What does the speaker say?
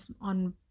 on